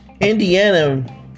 Indiana